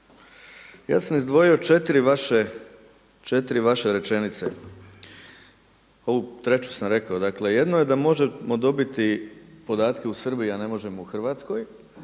ja sam izdvojio četiri vaše rečenicu. Ovu treću sam rekao. Dakle jedno je da možemo dobiti podatke u Srbiji, a ne možemo u Hrvatskoj,